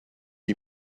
you